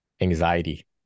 anxiety